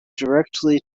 directly